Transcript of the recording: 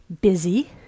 busy